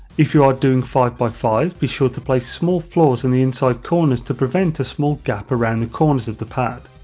if you are doing five by five, be sure to place small floors on and the inside corners to prevent a small gap arouns the corners of the pad.